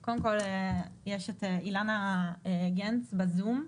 אבל קודם כל יש את אילנה גנס בזום,